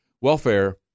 welfare